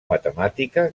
matemàtica